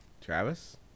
Travis